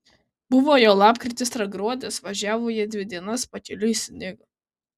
buvo jau lapkritis ar gruodis važiavo jie dvi dienas pakeliui snigo